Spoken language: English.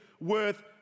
worth